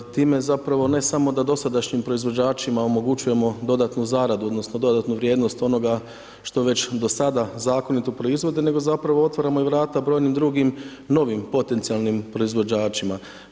Time, zapravo, ne samo da dosadašnjim proizvođačima omogućujemo dodatnu zaradu odnosno dodatnu vrijednost onoga što već do sada zakonito proizvode, nego zapravo otvaramo i vrata brojnim drugim novim potencijalnim proizvođačima.